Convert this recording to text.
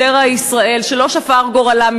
זרע ישראל שלא שפר גורלם,